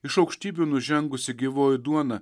iš aukštybių nužengusi gyvoji duona